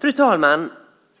Fru talman!